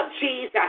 Jesus